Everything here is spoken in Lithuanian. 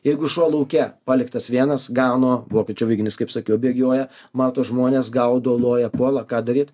jeigu šuo lauke paliktas vienas gano vokiečių aviganis kaip sakiau bėgioja mato žmones gaudo loja puola ką daryt